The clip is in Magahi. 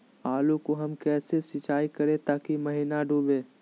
आलू को हम कैसे सिंचाई करे ताकी महिना डूबे?